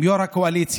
עם יו"ר הקואליציה,